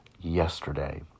yesterday